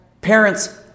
parents